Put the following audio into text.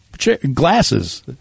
Glasses